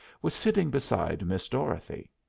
was sitting beside miss dorothy.